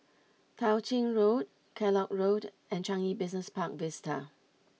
Tao Ching Road Kellock Road and Changi Business Park Vista